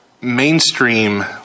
mainstream